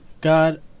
God